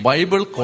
Bible